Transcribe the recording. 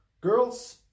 Girls